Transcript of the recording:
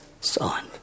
Son